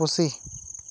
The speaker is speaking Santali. ᱯᱩᱥᱤ